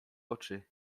oczy